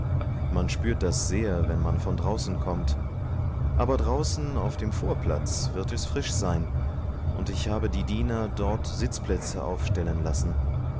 man spürt das sehr wenn man von draußen kommt aber draußen auf dem vorplatz wird es frisch sein und ich habe die diener dort sitzplätze aufstellen lassen